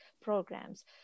programs